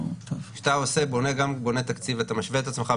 כשאתה בונה תקציב ואתה משווה את עצמך,